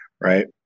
right